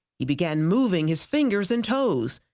he began moving his fingers and toes.